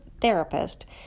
therapist